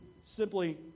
simply